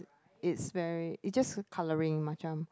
it's very it just colouring macam